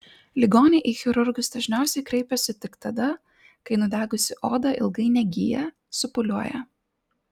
ligoniai į chirurgus dažniausiai kreipiasi tik tada kai nudegusi oda ilgai negyja supūliuoja